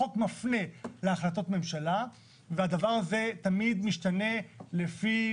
החוק מפנה להחלטות ממשלה והדבר הזה משתנה לפי